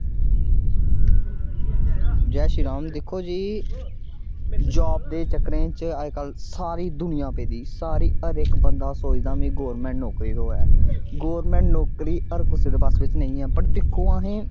जै शिरी राम दिक्खो जी जॉब दे चक्करें च अज्जकल सारी दुनिया पेदी अज्जकल हर इक्क बंदा सोचदा मिगी गौरमेंट नौकरी थ्होऐ गौरमेंट नौकरी हर कुसै दे दम बिच निं ऐ पर दिक्खो असें